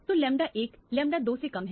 तो lambda 1 lambda 2 से कम है